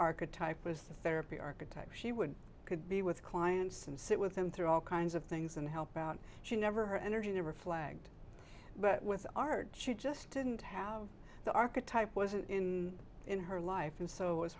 archetype was the therapy architect she would could be with clients and sit with them through all kinds of things and help out she never her energy never flagged but with art she just didn't have the archetype wasn't in in her life and so was